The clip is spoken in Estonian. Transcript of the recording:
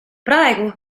praegu